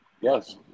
Yes